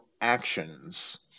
actions